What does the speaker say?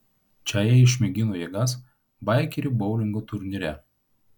čia jie išmėgino jėgas baikerių boulingo turnyre